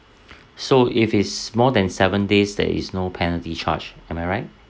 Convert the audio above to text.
so if it's more than seven days there is no penalty charge am I right